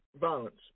violence